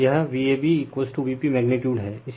तो यह VabVp magnitude है